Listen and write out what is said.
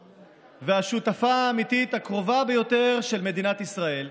והשותפה האמיתית הקרובה ביותר של מדינת ישראל.